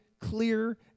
clear